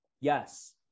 Yes